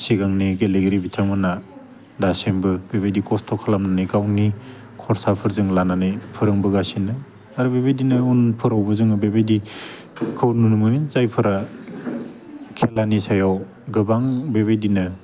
सिगांनि गेलेगिरि बिथांमोना दासिमबो बेबायदि खस्थ' खालामनानै गावनि खरसाफोरजों लानानै फोरोंबोगासिनो आरो बेबायदिनो उनफोरावबो जोंङो बेबायदि खौ नुनो मोनो जायफोरा खेलानि सायाव गोबां बेबायदिनो